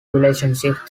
relationship